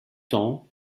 temps